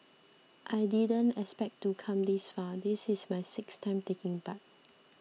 I didn't expect to come this far this is my sixth time taking part